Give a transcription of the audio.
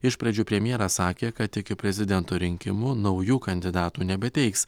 iš pradžių premjeras sakė kad iki prezidento rinkimų naujų kandidatų nebeteiks